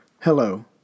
Hello